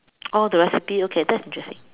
oh the recipe okay that's interesting